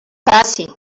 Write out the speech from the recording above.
passi